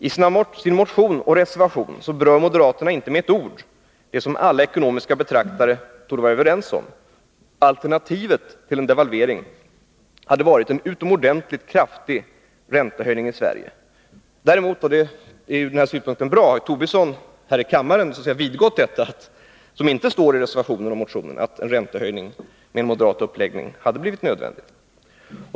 I sin motion och i sin reservation berör moderaterna inte med ett ord det som alla ekonomiska betraktare torde vara överens om: alternativet till en devalvering hade varit en utomordentligt kraftig räntehöjning i Sverige. Nr 52 Däremot är det bra att Lars Tobisson här i kammaren har vidgått detta, som inte står i motionen och reservationen, att med moderat uppläggning hade en räntehöjning blivit nödvändig.